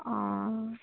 অঁ